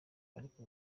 ariko